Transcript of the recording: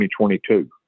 2022